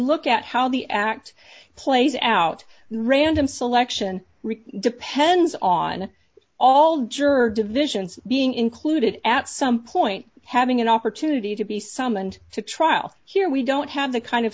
look at how the act plays out random selection rick depends on all juror divisions being included at some point having an opportunity to be summoned to trial here we don't have the kind of